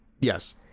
Yes